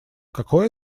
какой